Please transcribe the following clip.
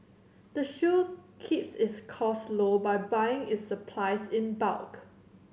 the shop keeps its cost low by buying its supplies in bulk